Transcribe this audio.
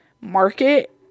market